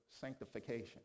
sanctification